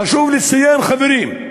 חשוב לציין, חברים,